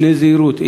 למשנה זהירות.